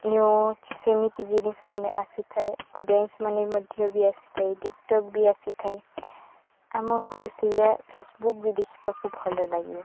news ସେମିତି ଜିନିଷ୍ମାନେ ଆସିଥାଏ ଅଡ଼ିଏନ୍ସମାନେ ମଧ୍ୟ ବି ଆସିଥାଏ ଟିକ୍ଟକ୍ ବି ଆସିଥାଏ ଆମକୁ ସେଇୟା ଫେସବୁକ୍ ବି ଦେଖିବାକୁ ଭଲଲାଗେ